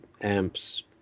amps